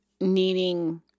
needing